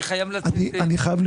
משפט אחד.